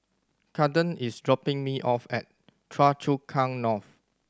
Kaden is dropping me off at Choa Chu Kang North